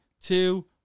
two